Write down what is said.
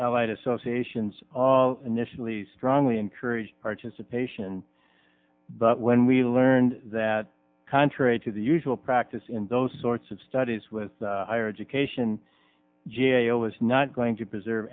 allied associations initially strongly encourage participation but when we learned that contrary to the usual practice in those sorts of studies with higher education g a o is not going to preserve